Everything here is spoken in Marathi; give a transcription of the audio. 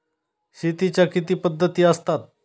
शेतीच्या किती पद्धती असतात?